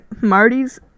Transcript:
Marty's